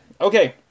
Okay